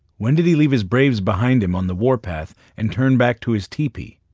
when did he leave his braves behind him on the warpath and turn back to his teepee?